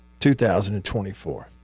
2024